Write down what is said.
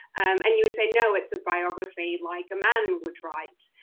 and you would say no, it's a biography like a man would write.